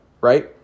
right